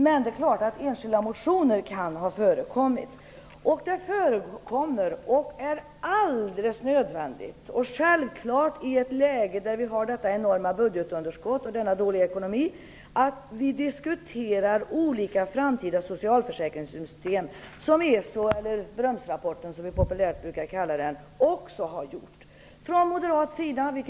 Men det är klart att det kan ha förekommit enskilda motioner. Det är alldeles nödvändigt - självfallet i ett läge med detta enorma budgetunderskott och denna dåliga ekonomi - att vi diskuterar olika framtida socialförsäkringssystem som ESO-rapporten - eller Brömsrapporten som vi populärt brukar kalla den för - också har gjort.